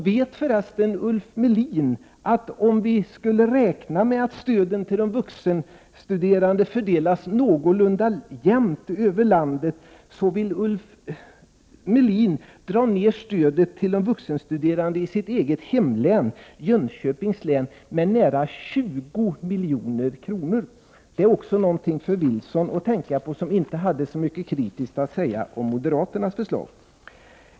Vet förresten Ulf Melin att han vill dra ned stödet till de vuxenstuderande i sitt eget hemlän, Jönköpings län, med nära 20 milj.kr., om vi skulle räkna med att stödet till de vuxenstuderande fördelas någorlunda jämnt över landet? Det är också någonting för Carl-Johan Wilson att tänka på, som inte hade så mycket kritiskt att säga om moderaternas förslag.